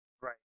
Right